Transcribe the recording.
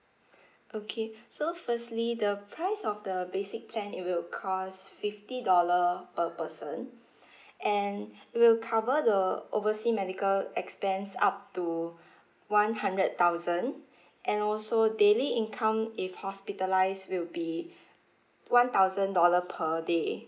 okay so firstly the price of the basic plan it will cost fifty dollar per person and it will cover the oversea medical expense up to one hundred thousand and also daily income if hospitalised will be one thousand dollar per day